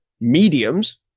mediums